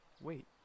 Wait